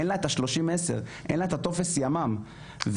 אין לה את ה- 30/10 אין לה את הטופס ימ"מ ואני